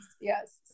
Yes